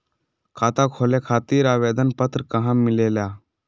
खाता खोले खातीर आवेदन पत्र कहा मिलेला?